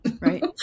right